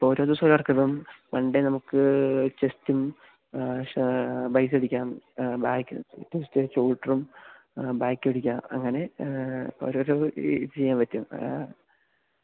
ഇപ്പോൾ ഓരോ ദിവസം വർക്കിടും മണ്ടേ നമുക്ക് ചെസ്റ്റും ബൈസെടിക്കാം ബാക്ക് ചെസ്റ്റ് ഷോൾഡ്രും ബാക്കടിക്കാം അങ്ങനെ ഓരോരോ ഇത് ചെയ്യാൻ പറ്റും